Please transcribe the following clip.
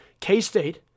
K-State